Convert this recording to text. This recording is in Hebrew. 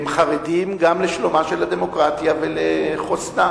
הם חרדים גם לשלומה של הדמוקרטיה ולחוסנה.